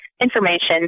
information